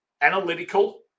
analytical